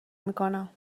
میکنم